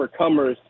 overcomers